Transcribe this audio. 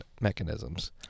mechanisms